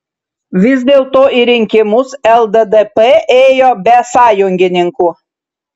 vis dėlto į rinkimus lddp ėjo be sąjungininkų